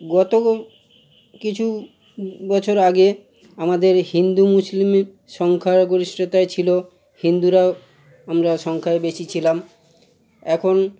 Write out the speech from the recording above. গত কিছু বছর আগে আমাদের হিন্দু মুসলিম সংখ্যা গরিষ্টতাই ছিলো হিন্দুরাও আমারা সংখ্য়ায় বেশি ছিলাম এখন